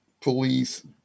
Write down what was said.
police